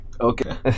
okay